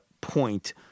point